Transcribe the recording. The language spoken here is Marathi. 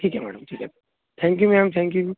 ठीक आहे मॅडम ठीक आहे thank you madam thank you